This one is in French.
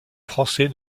français